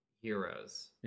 heroes